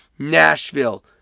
Nashville